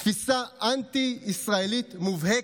תפיסה אנטי-ישראלית מובהקת.